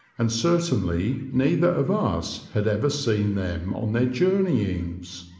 and certainly neither of us had ever seen them on their journeyings.